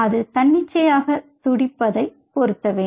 அது தன்னிச்சையாக துடிப்பதைப் பொருத்த வேண்டும்